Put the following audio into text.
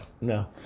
No